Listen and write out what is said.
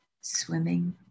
swimming